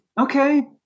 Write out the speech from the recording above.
Okay